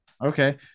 okay